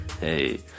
Hey